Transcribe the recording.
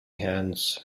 hands